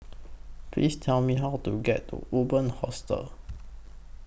Please Tell Me How to get to Urban Hostel